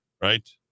right